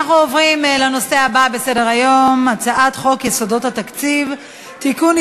אנחנו עוברים לנושא הבא בסדר-היום: הצעת חוק יסודות התקציב (תיקון,